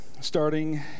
starting